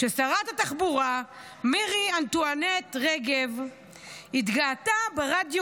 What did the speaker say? כששרת התחבורה מירי אנטואנט רגב התגאתה ברדיו